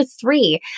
three